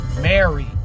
married